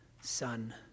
Son